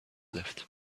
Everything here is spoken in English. left